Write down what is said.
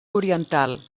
oriental